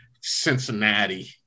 Cincinnati